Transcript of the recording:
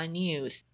news